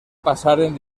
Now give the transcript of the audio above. passaren